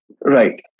Right